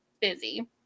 busy